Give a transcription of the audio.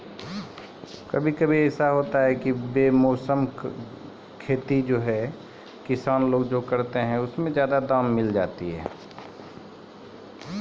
बेमौसम करलो जाय वाला खेती सें किसान किसान क फसल केरो जादा दाम मिलै छै